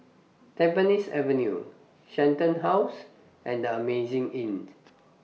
Tampines Avenue Shenton House and The Amazing Inn